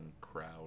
crowd